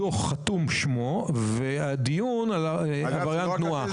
הדוח חתום עם שמו, והדיון הוא על עבריין תנועה.